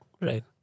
Right